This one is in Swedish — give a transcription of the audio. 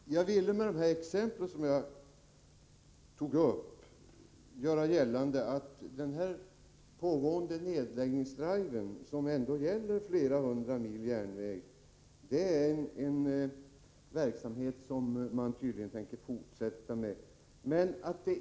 Herr talman! Jag ville med de exempel som jag tog upp göra gällande att den nu pågående nedläggningsdriven, som gäller flera hundra mil järnväg, är en verksamhet som man tydligen tänker fortsätta med.